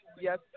Yes